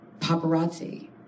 paparazzi